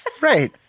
Right